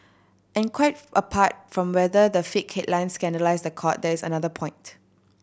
and quite apart from whether the fake headlines scandalise the court there is another point